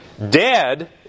Dead